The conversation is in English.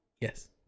Yes